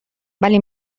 ولی